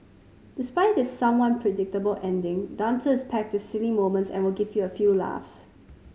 despite its someone predictable ending dancer is packed with silly moments and will give you a few laughs